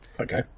Okay